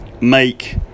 make